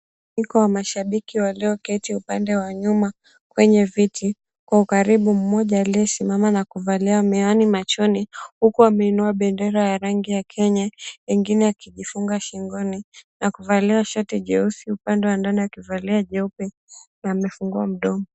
Iko wa mashabiki walioketi upande wa nyuma kwenye viti kwa ukaribu. Mmoja aliyesimama na kuvalia miwani machoni, huku ameinua bendera ya rangi ya Kenya, yengine akijifunga shingoni na kuvalia shati jeusi upande wa ndani akivalia jeupe na amefungua mdomo.